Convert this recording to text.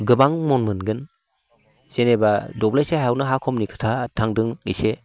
गोबां मन मोनगोन जेनेबा दब्लायसे हायावनो हा खमनि खोथा थांदों एसे